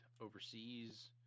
overseas